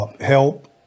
help